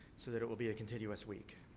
so that it will be a continuous week.